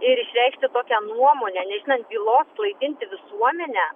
ir išreikšti tokią nuomonę nežinant bylos klaidinti visuomenę